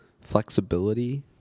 flexibility